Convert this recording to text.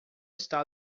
está